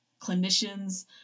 clinicians